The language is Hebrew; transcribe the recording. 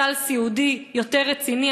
סל סיעודי יותר רציני.